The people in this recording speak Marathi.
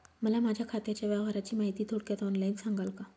मला माझ्या खात्याच्या व्यवहाराची माहिती थोडक्यात ऑनलाईन सांगाल का?